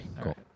cool